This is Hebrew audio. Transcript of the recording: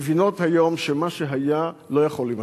מבינה היום שמה שהיה לא יכול להימשך,